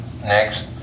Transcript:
next